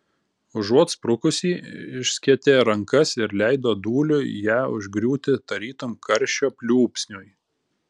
užuot sprukusį išskėtė rankas ir leido dūliui ją užgriūti tarytum karščio pliūpsniui